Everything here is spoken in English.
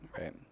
Right